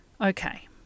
Okay